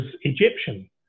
egyptian